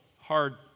hard